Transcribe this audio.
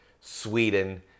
Sweden